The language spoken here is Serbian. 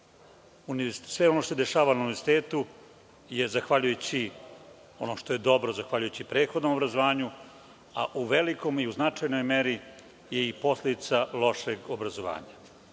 Sve ono što se dešava na univerzitetu je zahvaljujući onom što je dobro, zahvaljujući prethodnom obrazovanju, a u velikoj i značajnoj meri je i posledica lošeg obrazovanja. Moje